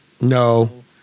No